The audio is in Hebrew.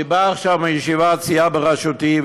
אני בא עכשיו מישיבת סיעה בראשותי,